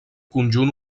conjunt